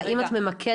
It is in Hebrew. האם את ממקדת?